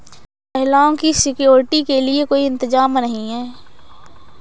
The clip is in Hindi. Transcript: महिलाओं की सिक्योरिटी के लिए कोई इंतजाम नहीं है